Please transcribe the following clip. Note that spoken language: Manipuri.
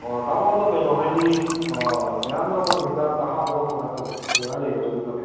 ꯑꯣ ꯇꯥꯃꯣ ꯑꯗꯣ ꯀꯩꯅꯣ ꯍꯥꯏꯗꯤ ꯃꯌꯥꯝ ꯂꯧꯔꯛꯄꯅꯤꯅ ꯍꯤꯗꯥꯛꯇ ꯍꯥꯞꯄ ꯈꯣꯠꯄ ꯀꯃꯥꯏꯅ ꯇꯧꯕ ꯂꯩꯒꯗ꯭ꯔꯥ ꯑꯗꯨꯒꯨꯝꯕꯗꯤ